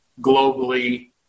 globally